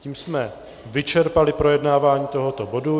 Tím jsme vyčerpali projednávání tohoto bodu.